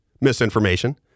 misinformation